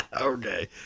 Okay